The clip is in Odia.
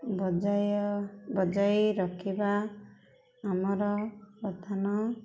ବଜାୟ ବଜାଇ ରଖିବା ଆମର ପ୍ରଧାନ